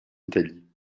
italie